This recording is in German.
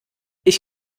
ich